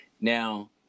Now